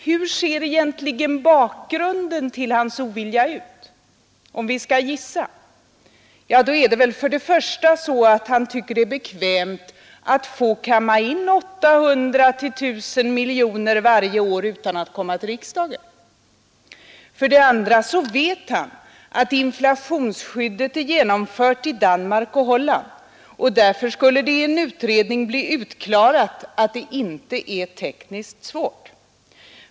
Hur ser egentligen bakgrunden till hans ovilja ut? Vi kan ju gissa. För det första tycker han väl att det är bekvämt att få kamma in 800—1 000 miljoner varje år utan att komma till riksdagen. För det andra vet han att inflationsskyddet är genomfört i Danmark och Holland, och därför skulle det i en utredning bli utklarat att det inte är tekniskt svårt.